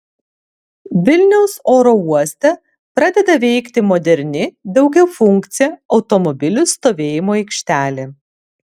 vilniaus oro uoste pradeda veikti moderni daugiafunkcė automobilių stovėjimo aikštelė